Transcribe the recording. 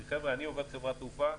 חבר'ה, אני עובד חברת תעופה,